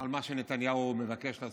אחר מה שנתניהו מבקש לעשות.